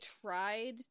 tried